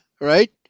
right